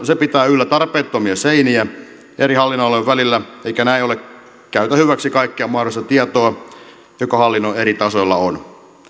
se pitää yllä tarpeettomia seiniä eri hallinnonalojen välillä eikä näin ollen käytä hyväksi kaikkea mahdollista tietoa joka hallinnon eri tasoilla on